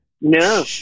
No